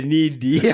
needy